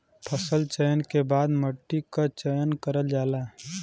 फसल चयन के बाद मट्टी क चयन करल जाला